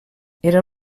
era